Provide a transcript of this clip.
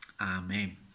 amen